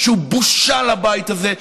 שהוא בושה לבית הזה,